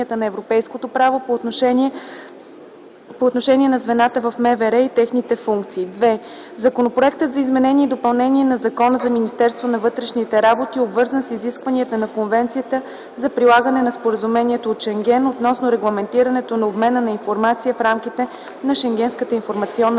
на европейското право, по отношение на звената в МВР и техните функции. II. Законопроектът за изменение и допълнение на Закона за Министерството на вътрешните работи е съобразен с изискванията на Конвенцията за прилагане на Споразумението от Шенген относно регламентирането на обмена на информация в рамките на Шенгенската информационна